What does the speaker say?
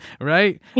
Right